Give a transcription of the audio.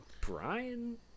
Brian